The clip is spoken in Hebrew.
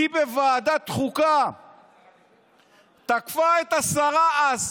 היא תקפה בוועדת חוקה את השרה אז,